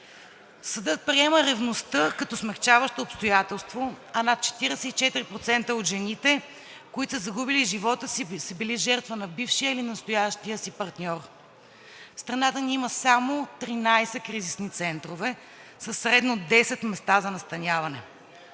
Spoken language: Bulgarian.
Съдът приема ревността като смекчаващо обстоятелство, а над 44% от жените, които са загубили живота си, са били жертва на бившия или настоящия си партньор. Страната ни има само 13 кризисни центрове със средно 10 места за настаняване.